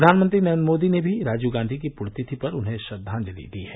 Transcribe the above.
प्रधानमंत्री नरेन्द्र मोदी ने भी राजीव गांधी की पुष्यतिथि पर उन्हें श्रद्वांजलि दी है